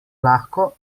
lahko